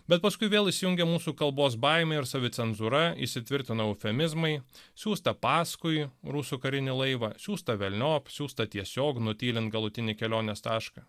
bet paskui vėl įsijungia mūsų kalbos baimė ir savicenzūra įsitvirtina eufemizmai siųsta paskui rusų karinį laivą siųsta velniop siųsta tiesiog nutylint galutinį kelionės tašką